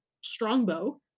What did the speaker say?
Strongbow